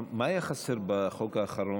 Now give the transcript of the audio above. מה היה חסר בחוק האחרון?